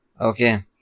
Okay